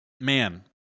Man